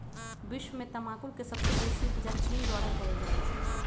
विश्व में तमाकुल के सबसे बेसी उपजा चीन द्वारा कयल जाइ छै